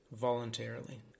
voluntarily